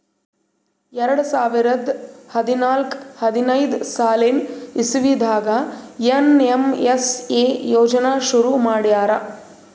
ಎರಡ ಸಾವಿರದ್ ಹದ್ನಾಲ್ಕ್ ಹದಿನೈದ್ ಸಾಲಿನ್ ಇಸವಿದಾಗ್ ಏನ್.ಎಮ್.ಎಸ್.ಎ ಯೋಜನಾ ಶುರು ಮಾಡ್ಯಾರ್